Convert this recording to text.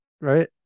Right